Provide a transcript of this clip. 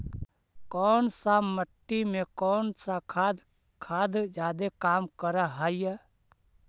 कौन सा मिट्टी मे कौन सा खाद खाद जादे काम कर हाइय?